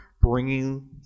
bringing